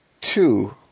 two